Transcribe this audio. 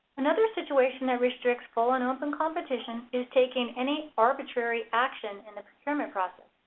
another situation that restricts full and um and competition is taking any arbitrary action in the procurement process.